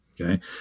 Okay